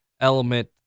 element